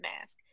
mask